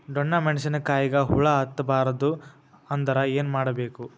ಡೊಣ್ಣ ಮೆಣಸಿನ ಕಾಯಿಗ ಹುಳ ಹತ್ತ ಬಾರದು ಅಂದರ ಏನ ಮಾಡಬೇಕು?